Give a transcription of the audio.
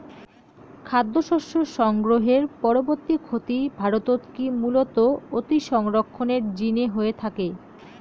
খাদ্যশস্য সংগ্রহের পরবর্তী ক্ষতি ভারতত কি মূলতঃ অতিসংরক্ষণের জিনে হয়ে থাকে?